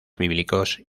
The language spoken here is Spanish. bíblicos